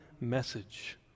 message